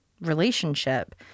relationship